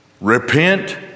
Repent